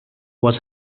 was